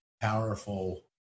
powerful